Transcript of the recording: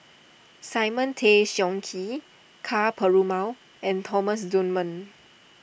Simon Tay Seong Chee Ka Perumal and Thomas Dunman